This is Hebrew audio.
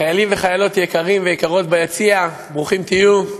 חיילים וחיילות יקרים ויקרות ביציע, ברוכים תהיו.